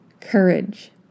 courage